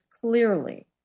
clearly